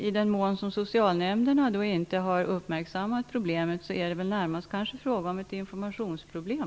I den mån socialnämnderna inte uppmärksammat problemet kanske det närmast är fråga om ett informationsproblem.